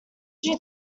due